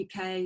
UK